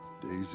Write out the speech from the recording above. Daisy